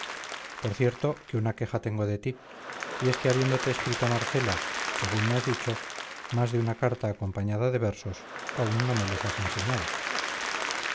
por cierto que una queja tengo de ti y es que habiéndote escrito marcela según me has dicho más de una carta acompañada de versos aún no me los has enseñado